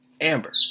Amber